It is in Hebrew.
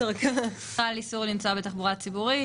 חל איסור על נסיעה בתחבורה ציבורית.